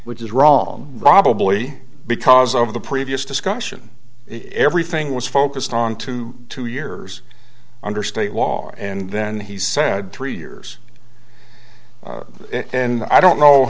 which is wrong probably because over the previous discussion everything was focused on two two years under state law and then he said three years and i don't know